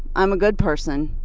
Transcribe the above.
i'm a good person.